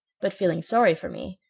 but feeling sorry for me,